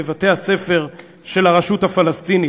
מה הוא היה לומד בבית-הספר של הרשות הפלסטינית?